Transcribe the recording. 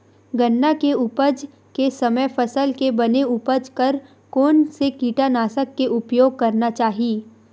गन्ना के उपज के समय फसल के बने उपज बर कोन से कीटनाशक के उपयोग करना चाहि?